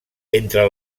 entre